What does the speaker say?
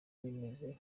rimeze